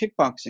kickboxing